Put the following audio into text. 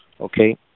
okay